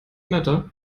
matter